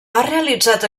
realitzat